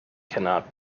cannot